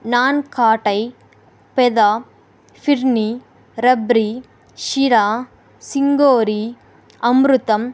nankhatai peda phirni rabri sheera singori Amrutham